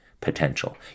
potential